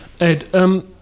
Ed